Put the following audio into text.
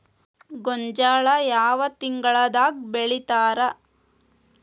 ಗೋಂಜಾಳ ಯಾವ ತಿಂಗಳದಾಗ್ ಬೆಳಿತಾರ?